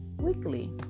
weekly